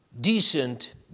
decent